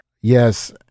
Yes